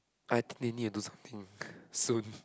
I think they need to do something soon